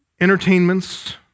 entertainments